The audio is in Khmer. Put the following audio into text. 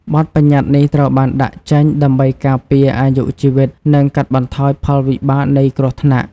បទប្បញ្ញត្តិនេះ ត្រូវបានដាក់ចេញដើម្បីការពារអាយុជីវិត និងកាត់បន្ថយផលវិបាកនៃគ្រោះថ្នាក់។